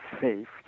safe